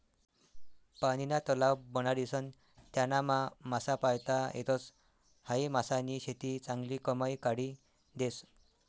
पानीना तलाव बनाडीसन त्यानामा मासा पायता येतस, हायी मासानी शेती चांगली कमाई काढी देस